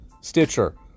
Stitcher